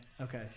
okay